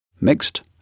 Mixed